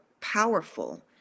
powerful